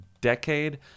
decade